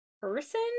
person